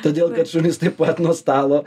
todėl kad šunys taip pat nuo stalo